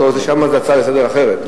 שם זה הצעה אחרת לסדר-היום.